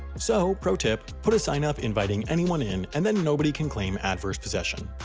so, pro tip, put a sign up inviting anyone in and then nobody can claim adverse possession!